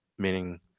meaning